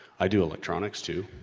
i do electronics too.